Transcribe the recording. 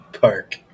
Park